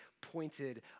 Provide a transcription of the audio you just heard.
pointed